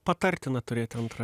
patartina turėti antrą